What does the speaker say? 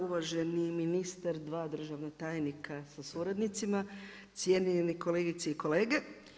Uvaženi ministar, 2 državna tajnika sa suradnicima, cijenjeni kolegice i kolege.